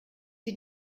die